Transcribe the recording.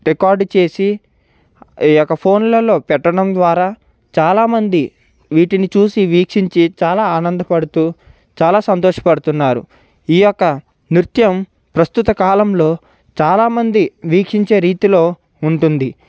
record చేసి ఈ యొక్క ఫోన్లలో పెట్టడం ద్వారా చాలా మంది వీటిని చూసి వీక్షించి చాలా ఆనందపడుతూ చాలా సంతోషపడుతున్నారు ఈ యొక్క నృత్యం ప్రస్తుతకాలంలో చాలా మంది వీక్షించే రీతిలో ఉంటుంది